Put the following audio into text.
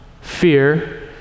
fear